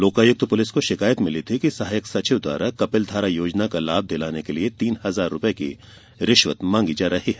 Lokayukta police को शिकायत मिली थी कि पंचायत का सहायक सचिव द्वारा कपिल धारा योजना का लाभ दिलाने के लिए तीन हजार रुपये की रिश्वत मांगी जा रही है